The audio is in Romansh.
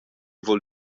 vul